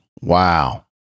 Wow